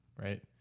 right